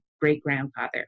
great-grandfather